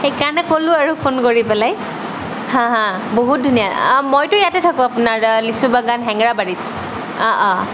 সেইকাৰণে ক'লো আৰু ফোন কৰি পেলাই হাঁ হাঁ বহুত ধুনীয়া মইতো ইয়াতে থাকোঁ আপোনাৰ লিচু বাগান হেঙেৰাবাৰীত অঁ অঁ